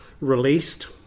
released